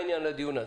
הגבוהה.